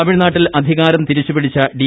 തമിഴ്നാട്ടിൽ അധികാരം തിരിച്ചുപിടിച്ച ഡി